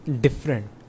different